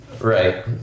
Right